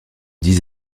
dix